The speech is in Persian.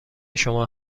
شما